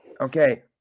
Okay